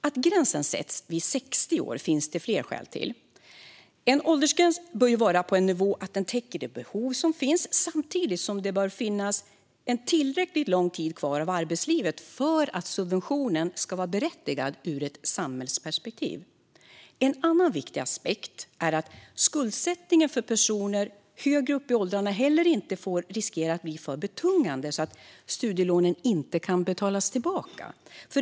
Att gränsen sätts vid 60 år finns det flera skäl till. En åldersgräns bör vara på en nivå som gör att den täcker de behov som finns, samtidigt som det bör finnas en tillräckligt lång tid kvar av arbetslivet för att subventionen ska vara berättigad ur ett samhällsperspektiv. En annan viktig aspekt är att skuldsättningen för personer högre upp i åldrarna heller inte får riskera att bli för betungande så att studielånen inte kan betalas tillbaka.